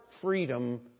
freedom